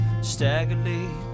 Staggerly